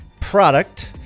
product